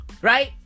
Right